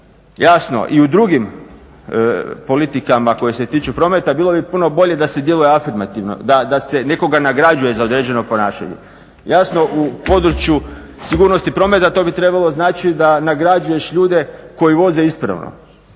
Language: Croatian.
jasno i u drugim politikama koje se tiču prometa bilo bi puno bolje da se djeluje afirmativno da se nekoga nagrđuje za određeno ponašanje. Jasno u području sigurnosti prometa to bi trebalo značiti da nagrađuješ ljude koji voze ispravno,